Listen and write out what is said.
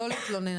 לא להתלונן.